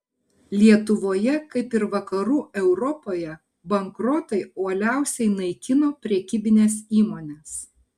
lietuvoje kaip ir vakarų europoje bankrotai uoliausiai naikino prekybines įmones